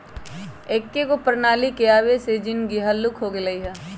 एकेगो प्रणाली के आबे से जीनगी हल्लुक हो गेल हइ